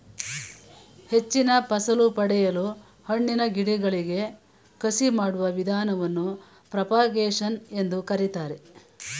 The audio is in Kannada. ಹೆಚ್ಚಿನ ಫಸಲು ಪಡೆಯಲು ಹಣ್ಣಿನ ಗಿಡಗಳಿಗೆ ಕಸಿ ಮಾಡುವ ವಿಧಾನವನ್ನು ಪ್ರೋಪಾಗೇಶನ್ ಎಂದು ಕರಿತಾರೆ